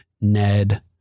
Ned